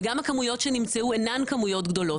וגם הכמויות שנמצאו אינן כמויות גדולות.